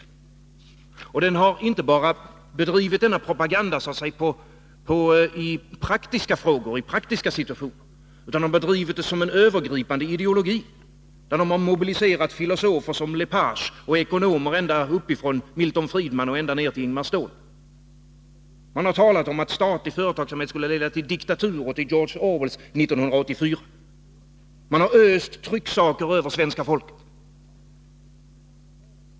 Denna propaganda har inte bara bedrivits i så att säga praktiska frågor och situationer, utan det har varit fråga om en övergripande ideologi, där man mobiliserat filosofer som Lepage och ekonomer från Milton Friedman ned till Ingemar Ståhl. Man har talat om att statlig företagsamhet skulle leda till diktatur och till George Orwells 1984. Man har öst trycksaker över svenska folket.